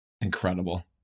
Incredible